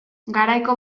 garaiko